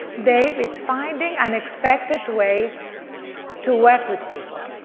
dave is finding unexpected ways to work with people.